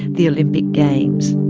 the olympic games.